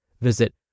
Visit